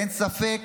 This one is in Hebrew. אין ספק